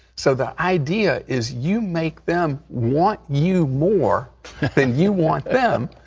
so the idea is you make them want you more than you want them,